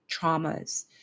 traumas